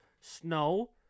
snow